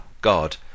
God